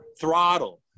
throttle